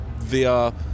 VR